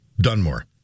Dunmore